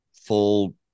full